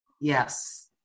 yes